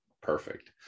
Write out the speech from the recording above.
perfect